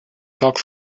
talk